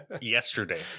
yesterday